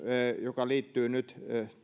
joka liittyy